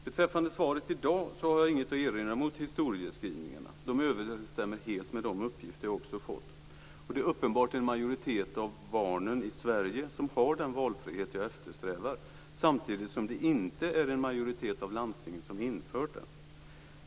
Beträffande svaret i dag har jag inget att erinra mot historieskrivningarna. De överensstämmer helt med de uppgifter som jag har fått. Det är uppenbart att en majoritet av barnen i Sverige har den valfrihet som jag eftersträvar, samtidigt som en majoritet av landstingen inte har infört den.